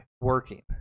working